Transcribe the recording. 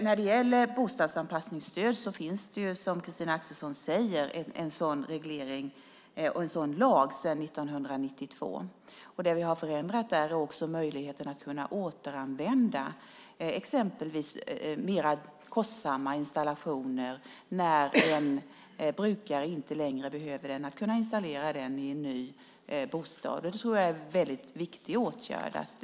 När det gäller bostadsanpassningsstöd finns det, som Christina Axelsson säger, en sådan reglering och en sådan lag sedan 1992. Det som vi har förändrat där är att vi gett möjligheten att återanvända exempelvis mer kostsamma installationer. När en brukare inte längre behöver den kan man installera den i en ny bostad. Det tror jag är en väldigt viktig åtgärd.